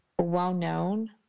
well-known